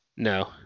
No